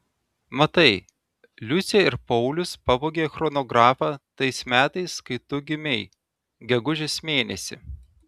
matai liusė ir paulius pavogė chronografą tais metais kai tu gimei gegužės mėnesį